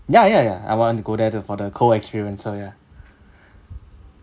ya ya ya I want to go there to for the cold experience so ya